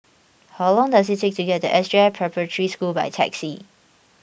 how long does it take to get to S J I Preparatory School by taxi